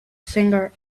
singer